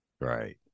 right